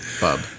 Bub